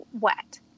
wet